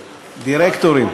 דירקטורים.